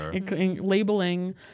labeling